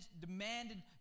demanded